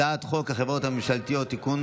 הצעת חוק החברות הממשלתיות (תיקון,